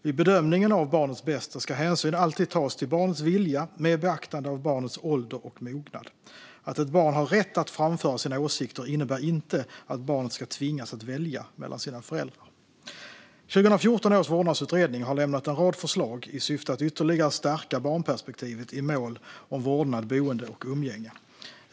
Vid bedömningen av barnets bästa ska hänsyn alltid tas till barnets vilja med beaktande av barnets ålder och mognad. Att ett barn har rätt att framföra sina åsikter innebär inte att barnet ska tvingas att välja mellan sina föräldrar. 2014 års vårdnadsutredning har lämnat en rad förslag i syfte att ytterligare stärka barnperspektivet i mål om vårdnad, boende och umgänge.